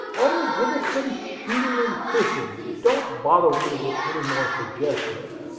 only give us some shooting and fishing. don't bother me with any more suggestions.